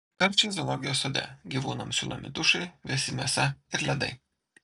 karščiai zoologijos sode gyvūnams siūlomi dušai vėsi mėsa ir ledai